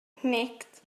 cnicht